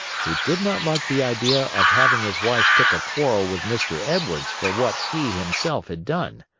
he did not like the idea of having his wife pick a quarrel with mr. edwards for what he himself had done!